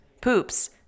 poops